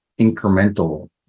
incremental